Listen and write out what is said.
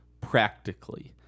practically